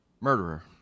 murderer